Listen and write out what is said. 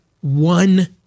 one